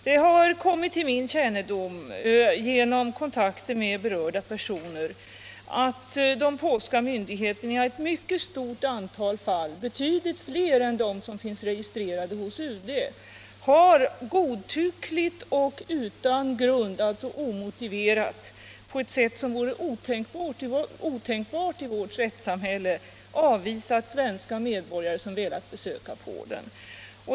Det har kommit till min kännedom genom kontakter med berörda personer att de polska myndigheterna i ett mycket stort antal fall — betydligt fler än de som finns registrerade hos UD — godtyckligt och utan grund, på ett sätt som vore otänkbart i vårt rättssamhälle, avvisat svenska medborgare som velat besöka Polen.